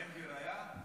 בן גביר היה?